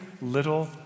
little